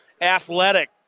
athletic